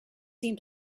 seem